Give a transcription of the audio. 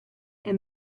and